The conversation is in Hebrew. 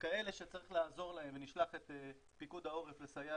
כאלה שצריך לעזור להם ונשלח את פיקוד העורף לסייע